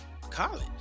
college